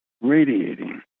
radiating